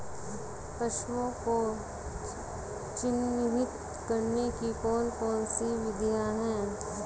पशुओं को चिन्हित करने की कौन कौन सी विधियां हैं?